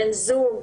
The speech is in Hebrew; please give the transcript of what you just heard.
בן זוג,